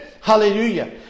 Hallelujah